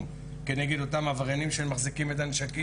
כנגד אותם עבריינים שמחזיקים את הנשקים.